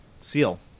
Seal